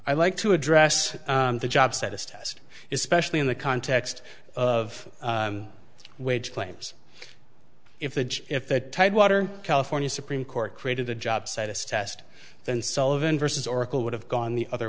i like to address the job status test it specially in the context of wage claims if the judge if the tidewater california supreme court created the jobsite us test then sullivan versus oracle would have gone the other